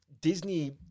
Disney